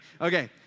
Okay